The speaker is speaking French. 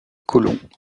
colomb